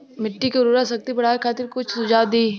मिट्टी के उर्वरा शक्ति बढ़ावे खातिर कुछ सुझाव दी?